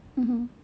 mmhmm